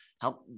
help